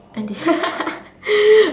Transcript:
end this